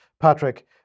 Patrick